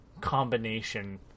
combination